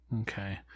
Okay